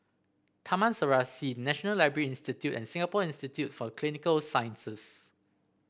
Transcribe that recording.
Taman Serasi National Library Institute and Singapore Institute for Clinical Sciences